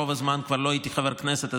רוב הזמן כבר לא הייתי חבר כנסת,